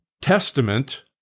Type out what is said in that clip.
testament